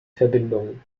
verbindung